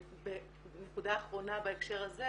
נקודה אחרונה בהקשר הזה